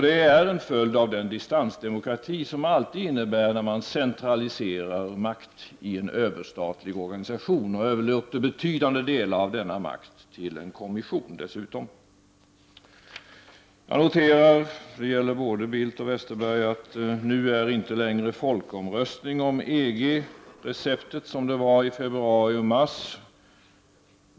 Det är en följd av den distansdemokrati som det alltid blir när makten centraliseras i en överstatlig organisation och man dessutom överlåter en betydande del av denna makt till en kommission. Jag noterar — det gäller både Bildt och Westerberg — att nu är det inte längre folkomröstning om EG som är receptet, som det var i februari och mars.